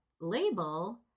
label